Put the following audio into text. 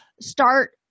start